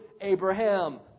Abraham